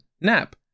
Nap